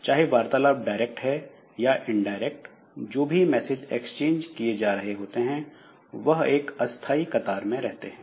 चाहे वार्तालाप डायरेक्ट है या इनडायरेक्ट जो भी मैसेज एक्सचेंज किए जा रहे होते हैं वह एक अस्थाई कतार में रहते हैं